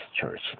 church